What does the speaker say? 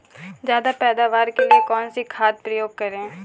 ज्यादा पैदावार के लिए कौन सी खाद का प्रयोग करें?